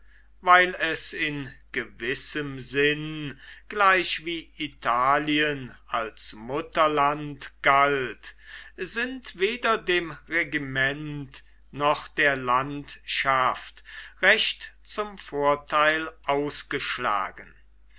weil es in gewissem sinn gleich wie italien als mutterland galt sind weder dem regiment noch der landschaft recht zum vorteil ausgeschlagen